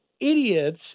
idiots